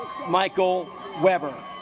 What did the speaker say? michael weber